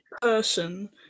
person